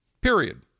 period